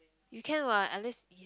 you can what unless y~